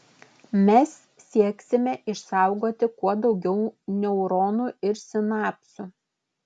mes sieksime išsaugoti kuo daugiau neuronų ir sinapsių